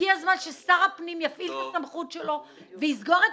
והגיע הזמן ששר הפנים יפעיל את הסמכות שלו ויסגור את